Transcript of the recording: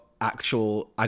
actual